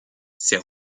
ses